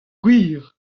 gwir